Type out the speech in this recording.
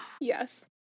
Yes